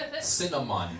Cinnamon